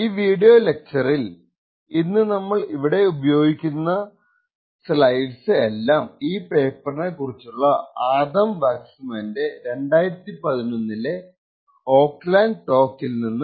ഈ വീഡിയോ ലെക്ചർറിൽ ഇന്ന് നമ്മൾ ഇവിടെ ഉപയോഗിക്കുന്ന സ്ലൈഡ്സ് എല്ലാം ഈ പേപ്പറിനെക്കുറിച്ചുള്ള ആദം വാക്സ്മാന്റെ 2011 ലെ ഓൿലൻഡ് ടോക്ക് ഇൽനിന് ഉള്ളതാണ്